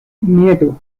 nieto